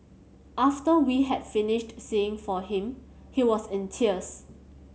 after we had finished singing for him he was in tears